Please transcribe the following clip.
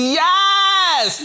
yes